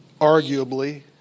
arguably